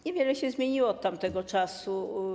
Niewiele się zmieniło od tamtego czasu.